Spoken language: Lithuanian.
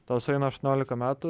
tau sueina aštuoniolika metų